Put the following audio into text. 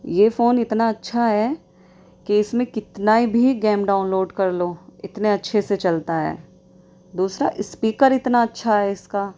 یہ فون اتنا اچھا ہے کہ اس میں کتنا بھی گیم ڈاؤن لوڈ کر لو اتنے اچھے سے چلتا ہے دوسرا اسپیکر اتنا اچھا ہے اس کا